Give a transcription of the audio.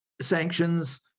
sanctions